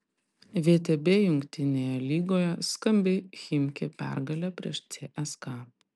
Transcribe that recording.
vtb jungtinėje lygoje skambi chimki pergalė prieš cska